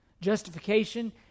Justification